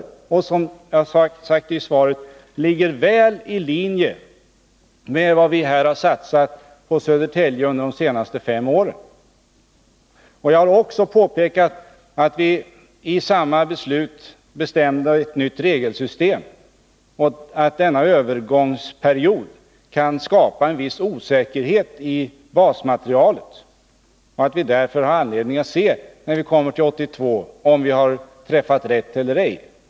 Detta ligger, som jag skrivit i svaret, väl i linje med vad vi har satsat på Södertälje under de senaste fem åren. Jag har också påpekat att vi i samma beslut bestämde oss för ett nytt regelsystem. Under övergångsperioden kan det bli en viss osäkerhet när det gäller basmaterialet. Därför finns det anledning att 1982 se efter om vi har träffat rätt eller ej.